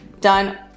done